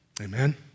Amen